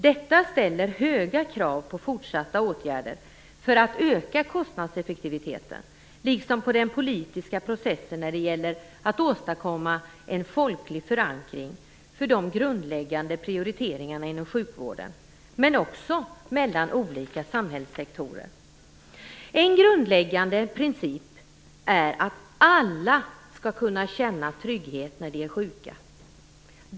Detta ställer höga krav på fortsatta åtgärder för att öka kostnadseffektiviteten liksom på den politiska processen för att åstadkomma en folklig förankring för de grundläggande prioriteringarna inom sjukvården, men också mellan olika samhällssektorer. En grundläggande princip är att alla skall kunna känna trygghet när de är sjuka.